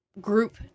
group